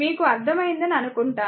మీకు అర్థమైందని అనుకుంటాను